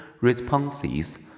responses